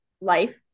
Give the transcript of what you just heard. life